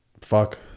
fuck